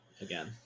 again